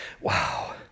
Wow